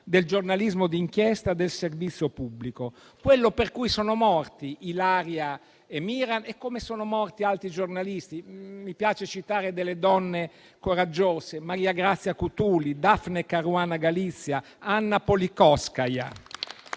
del giornalismo di inchiesta e del servizio pubblico, quello per cui sono morti Ilaria e Miran e altri giornalisti. Mi piace citare delle donne coraggiose: Maria Grazia Cutuli, Daphne Caruana Galizia, Anna Politkovskaja.